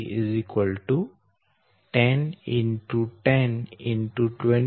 13 13 12